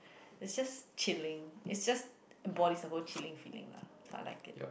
it's just chilling it just embodies the whole chilling feeling lah so I like it